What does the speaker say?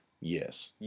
Yes